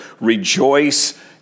rejoice